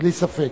בלי ספק.